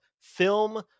film